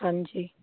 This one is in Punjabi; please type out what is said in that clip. ਹਾਂਜੀ